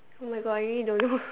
!oh-my-God! I really don't know